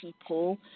people